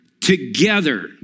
together